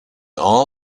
all